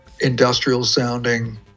industrial-sounding